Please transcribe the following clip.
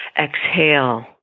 exhale